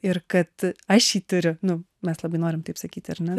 ir kad aš jį turiu nu mes labai norim taip sakyti ar ne